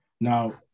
Now